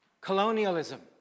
colonialism